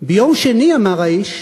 ביום שני, אמר האיש,